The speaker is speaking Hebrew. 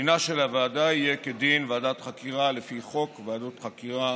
דינה של הוועדה יהיה כדין ועדת חקירה לפי חוק ועדות חקירה,